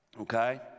okay